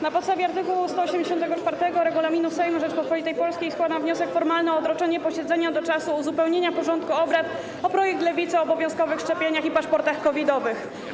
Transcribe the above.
Na podstawie art. 184 Regulaminu Sejmu Rzeczypospolitej Polskiej składam wniosek formalny o odroczenie posiedzenia do czasu uzupełnienia porządku obrad o projekt Lewicy o obowiązkowych szczepieniach i paszportach COVID-owych.